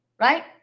right